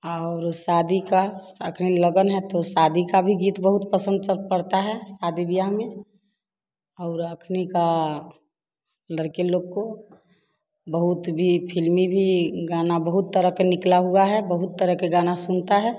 और शादी का लगन है तो शादी का भी गीत बहुत पसंद चल पड़ता है शादी ब्याह में और अपनी का लड़के लोग को बहुत भी फ़िल्मी भी गाना बहुत तरह का निकला हुआ है बहुत तरह के गाना सुनता है